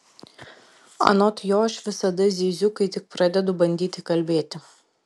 anot jo aš visada zyziu kai tik pradedu bandyti kalbėti